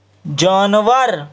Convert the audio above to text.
جانور